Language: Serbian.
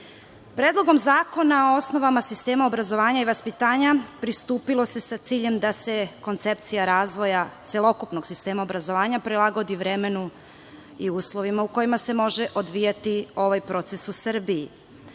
zakona o osnovama sistema obrazovanja i vaspitanja pristupilo se sa ciljem da se koncepcija razvoja celokupnog sistema obrazovanja prilagodi vremenu i uslovima u kojima se može odvijati ovaj proces u Srbiji,